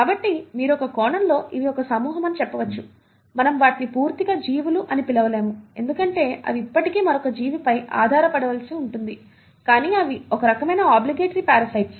కాబట్టి మీరు ఒక కోణంలో ఇవి ఒక సమూహం అని చెప్పవచ్చు మనము వాటిని పూర్తిగా జీవులు అని పిలవలేము ఎందుకంటే అవి ఇప్పటికీ మరొక జీవిపై ఆధారపడవలసి ఉంటుంది కానీ అవి ఒక రకమైన ఆబ్లిగేటరీ పారసైట్స్